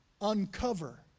uncover